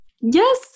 yes